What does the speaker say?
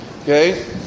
okay